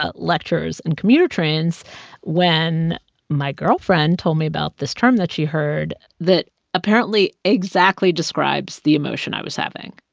ah lectures and commuter trains when my girlfriend told me about this term that she heard that apparently exactly describes the emotion i was having.